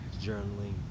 journaling